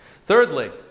Thirdly